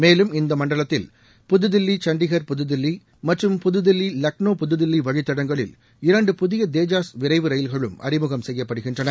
மேலும் இந்த மண்டலத்தில் புதுதில்வி கண்டிகர் புதுதில்வி மற்றும் புதுதில்வி லக்ளோ புதுதில்லி வழித்தடங்களில் இரண்டு புதிய தேஜாஸ் விரைவு ரயில்களும் அறிமுகம் செய்யப்படுகின்றன